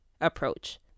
approach